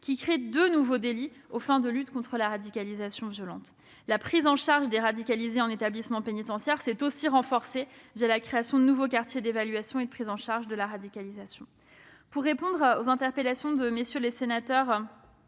qui a créé deux nouveaux délits aux fins de lutter contre la radicalisation violente. La prise en charge des radicalisés en établissement pénitentiaire a aussi été renforcée par la création de nouveaux quartiers d'évaluation et de prise en charge de la radicalisation. Pour répondre au sénateur Sueur et à la sénatrice